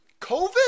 covid